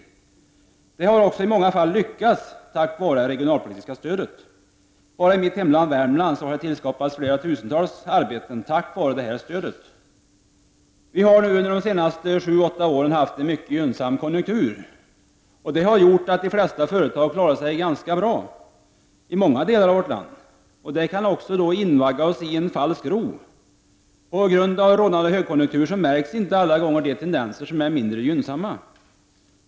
Detta har också i många fall lyckats tack vare det regionalpolitiska stödet. Bara i mitt hemlän Värmland har det tillskapats flera tusentals arbeten med hjälp av detta stöd. Vi har nu under de senaste sju åtta åren haft en mycket gynnsam konjunktur. Det har gjort att de flesta företag har klarat sig ganska bra i många delar av vårt land. Detta kan invagga oss i en falsk ro. På grund av rådande högkonjunktur märks inte alla gånger de tendenser som är mindre gynnsamma.